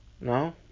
no